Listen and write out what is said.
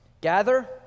Gather